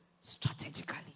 strategically